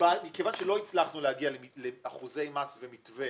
מכיוון שלא הצלחנו להגיע לאחוזי מס ולמתווה